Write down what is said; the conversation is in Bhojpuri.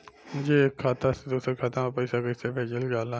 जी एक खाता से दूसर खाता में पैसा कइसे भेजल जाला?